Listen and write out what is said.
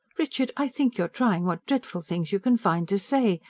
richard! i think you're trying what dreadful things you can find to say.